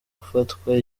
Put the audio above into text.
gufatwa